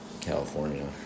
California